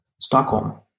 Stockholm